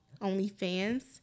OnlyFans